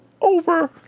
over